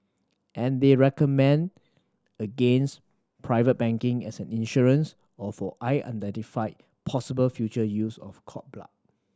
and they recommend against private banking as an insurance or for unidentified possible future use of cord blood